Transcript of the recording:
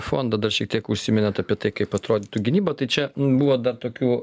fondą dar šiek tiek užsiminėt apie tai kaip atrodytų gynyba tai čia buvo daug tokių